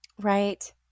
Right